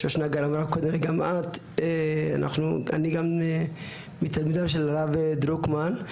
אני גם מתלמידיו של הרב דרוקמן.